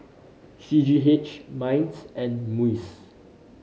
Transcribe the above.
C G H MINDS and MUIS